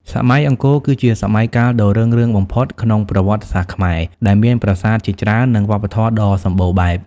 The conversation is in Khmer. សម័យអង្គរគឺជាសម័យកាលដ៏រុងរឿងបំផុតក្នុងប្រវត្តិសាស្ត្រខ្មែរ ដែលមានប្រាសាទជាច្រើន និងវប្បធម៌ដ៏សម្បូរបែប។